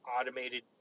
automated